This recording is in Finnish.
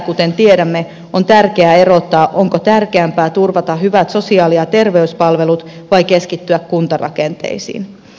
kuten tiedämme on tärkeää erottaa onko tärkeämpää turvata hyvät sosiaali ja terveyspalvelut vai keskittyä kuntarakenteisiin